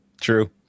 True